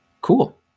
Cool